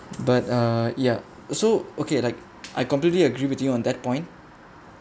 but uh ya so okay like I completely agree with you on that point